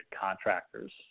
contractors